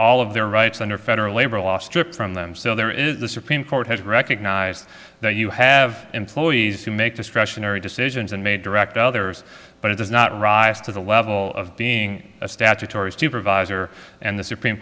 all of their rights under federal labor law stripped from them so there is the supreme court has recognized that you have employees who make discretionary decisions and may direct others but it does not rise to the level of being a statutory supervisor and the supreme